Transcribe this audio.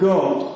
God